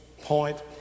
point